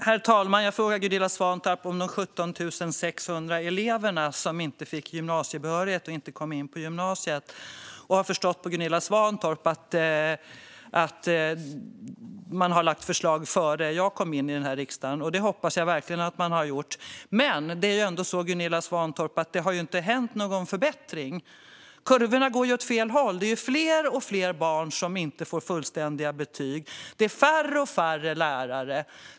Herr talman! Jag frågade Gunilla Svantorp om de 17 600 elever som inte fick gymnasiebehörighet och som inte kom in på gymnasiet. Jag har förstått av Gunilla Svantorp att man har lagt fram förslag innan jag kom in i riksdagen. Det hoppas jag verkligen att man har gjort. Men det är ändå så, Gunilla Svantorp, att det inte har skett någon förbättring. Kurvorna går åt fel håll. Det är fler och fler barn som inte får fullständiga betyg. Det är färre och färre lärare.